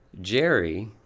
Jerry